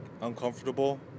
uncomfortable